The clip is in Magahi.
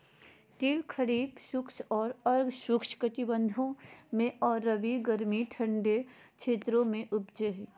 तिल खरीफ शुष्क और अर्ध शुष्क कटिबंधों में और रबी गर्मी ठंडे क्षेत्रों में उपजै हइ